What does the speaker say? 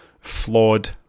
flawed